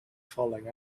falling